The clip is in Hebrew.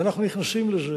ואנחנו נכנסים לזה.